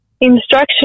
instruction